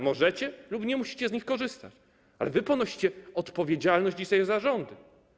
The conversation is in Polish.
Możecie, a nie musicie z nich korzystać, ale wy ponosicie odpowiedzialność dzisiaj za rząd.